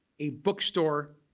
a book store,